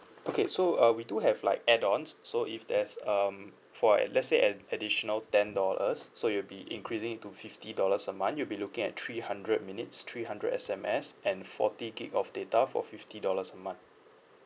okay so uh we do have like add ons so if there's um for let's say an additional ten dollars so you'll be increasing to fifty dollars a month you be looking at three hundred minutes three hundred S_M_S and forty gig of data for fifty dollars a month